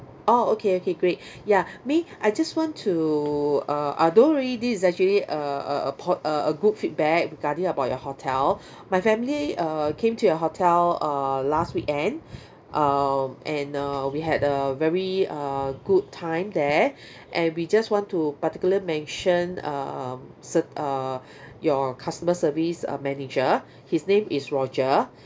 orh okay okay great ya may I just want to uh although really this is actually a a a po~ a a good feedback regarding about your hotel my family uh came to your hotel uh last weekend uh and uh we had a very uh good time there and we just want to particularly mention um ce~ uh your customer service uh manager his name is roger